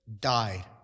Died